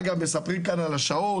אגב, מספרים כאן על השעות